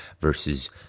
versus